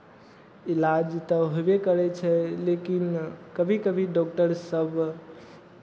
इलाज तऽ हेबे करै छै लेकिन कभी कभी डॉक्टरसभ